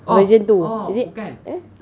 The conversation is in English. oh origin two is it eh